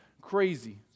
crazy